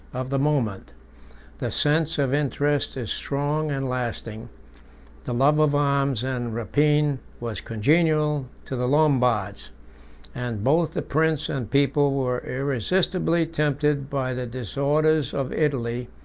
of the moment the sense of interest is strong and lasting the love of arms and rapine was congenial to the lombards and both the prince and people were irresistibly tempted by the disorders of italy,